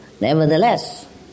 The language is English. nevertheless